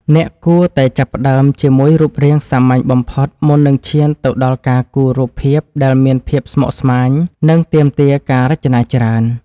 អ្នកគួរតែចាប់ផ្តើមជាមួយរូបរាងសាមញ្ញបំផុតមុននឹងឈានទៅដល់ការគូររូបភាពដែលមានភាពស្មុគស្មាញ និងទាមទារការរចនាច្រើន។